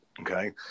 Okay